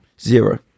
Zero